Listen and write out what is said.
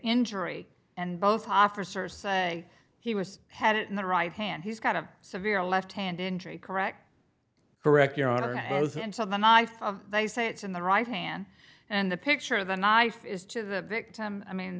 injury and both officers say he was had it in the right hand he's got a severe left hand injury correct correct your honor they say it's in the right hand and the picture of the knife is to the victim i mean